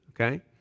okay